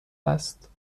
است